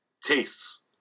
tastes